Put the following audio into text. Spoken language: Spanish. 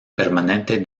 permanente